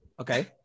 Okay